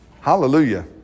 Hallelujah